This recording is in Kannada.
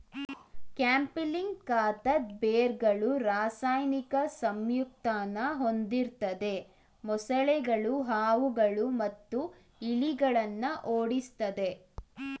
ಕ್ಯಾಂಪಿಲಿಕಾಂತದ್ ಬೇರ್ಗಳು ರಾಸಾಯನಿಕ ಸಂಯುಕ್ತನ ಹೊಂದಿರ್ತದೆ ಮೊಸಳೆಗಳು ಹಾವುಗಳು ಮತ್ತು ಇಲಿಗಳನ್ನ ಓಡಿಸ್ತದೆ